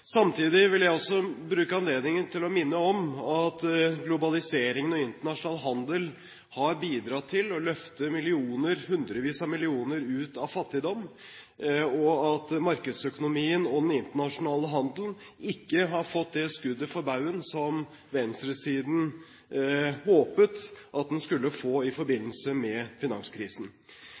Samtidig vil jeg bruke anledningen til å minne om at globaliseringen og internasjonal handel har bidratt til å løfte hundrevis av millioner ut av fattigdom, og at markedsøkonomien og den internasjonale handelen ikke har fått det skuddet for baugen som venstresiden håpet på i forbindelse med finanskrisen.